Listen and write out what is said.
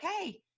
Okay